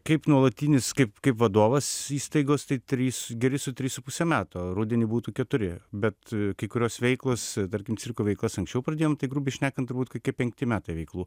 kaip nuolatinis kaip kaip vadovas įstaigos tai trys geri su trys su puse metų rudenį būtų keturi bet kai kurios veiklos tarkim cirko vaikus anksčiau pradėjom tai grubiai šnekant turbūt kokie penkti metai veiklų